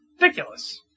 Ridiculous